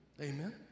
Amen